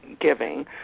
giving